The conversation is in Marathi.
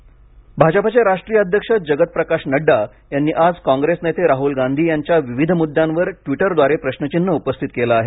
नडडा भाजपचे राष्ट्रीय अध्यक्ष जगत प्रकाश नड्डा यांनी आज कॉंग्रेस नेते राहूल गांधी यांच्या विविध मुद्द्यांवर ट्वीटरद्वारे प्रश्नचिन्ह उपस्थित केलं आहे